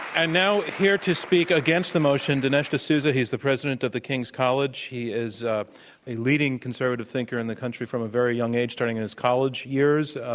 and now here to speak against the motion, dinesh d'souza. he's the president of the king's college. he is a leading conservative thinker in the country from a very young age, starting in his college years.